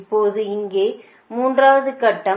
இப்போது இங்கே மூன்றாவது கட்டம்